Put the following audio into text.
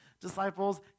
disciples